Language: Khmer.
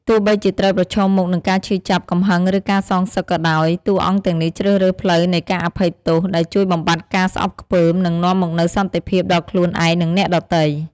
ទោះបីជាត្រូវប្រឈមមុខនឹងការឈឺចាប់ កំហឹង ឬការសងសឹកក៏ដោយ តួអង្គទាំងនេះជ្រើសរើសផ្លូវនៃការអភ័យទោស ដែលជួយបំបាត់ការស្អប់ខ្ពើម និងនាំមកនូវសន្តិភាពដល់ខ្លួនឯង និងអ្នកដទៃ។